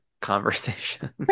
conversation